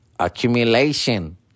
Accumulation